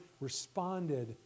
responded